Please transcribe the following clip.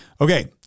Okay